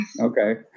Okay